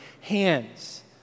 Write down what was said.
hands